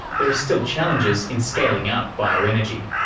there are still challenges in scaling up bioenergy.